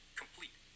complete